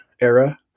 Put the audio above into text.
era